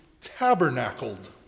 tabernacled